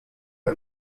are